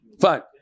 Fine